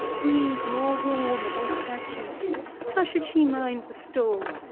breathe more warm ag-ainst her cheek how should she mind the storm?